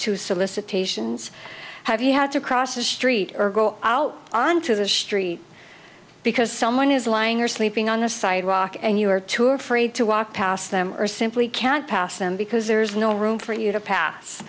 to solicitations have you had to cross the street or go out onto the street because someone is lying or sleeping on a sidewalk and you are too afraid to walk past them or simply can't pass them because there's no room for you to pass